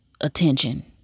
attention